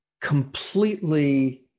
completely